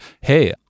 hey